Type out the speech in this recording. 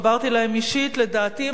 לדעתי הם משלימים את הדמות